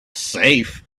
safe